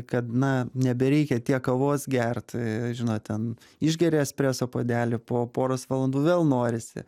kad na nebereikia tiek kavos gert žinot ten išgeri espreso puodelį po poros valandų vėl norisi